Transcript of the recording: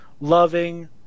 loving